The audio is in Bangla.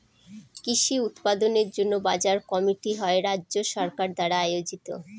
কৃষি উৎপাদনের জন্য বাজার কমিটি হয় রাজ্য সরকার দ্বারা আয়োজিত